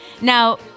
Now